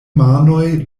manoj